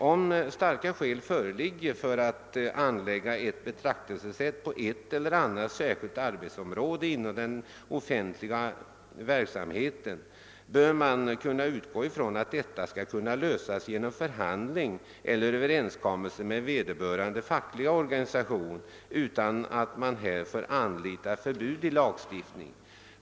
Om starka skäl föreligger för att anlägga ett annat betraktelsesätt på ett eller annat särskilt arbetsområde inom den offentliga verksamheten, bör man kunna utgå från att frågan skall kunna lösas genom förhandling eller överenskommelse med vederbörande fackliga organisation utan att man härför anlitar förbud i lagen.